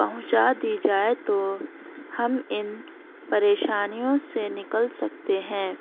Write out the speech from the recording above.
پہنچا دی جائے تو ہم ان پریشانیوں سے نکل سکتے ہیں